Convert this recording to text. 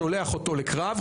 שולח אותו לקרב,